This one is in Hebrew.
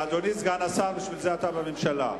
אדוני סגן השר, בשביל זה אתה בממשלה.